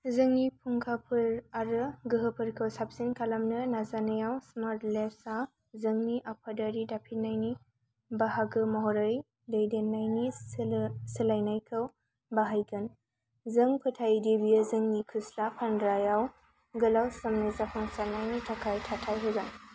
जोंनि फुंखाफोर आरो गोहोफोरखौ साबसिन खालामनो नाजानायाव स्मार्टलेब्सआ जोंनि आफादारि दाफिननायनि बाहागो महरै दैदेननायनि सोलायनायखौ बाहायगोन जों फोथायोदि बेयो जोंनो खुस्रा फानग्रायाव गोलाव समनि जाफुंसारनायनि थाखाय थाथाइ होगोन